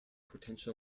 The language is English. potential